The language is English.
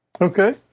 Okay